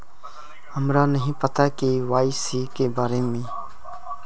हमरा नहीं पता के.वाई.सी के बारे में?